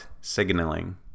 signaling